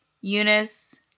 Eunice